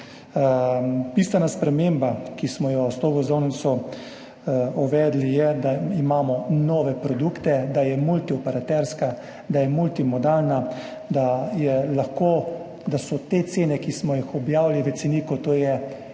Bistvena sprememba, ki smo jo s to vozovnico uvedli, je, da imamo nove produkte, da je multioperaterska, da je multimodalna, da so te cene, ki smo jih objavili v ceniku – to je